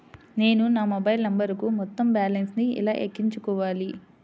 నేను నా మొబైల్ నంబరుకు మొత్తం బాలన్స్ ను ఎలా ఎక్కించుకోవాలి?